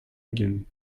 ugent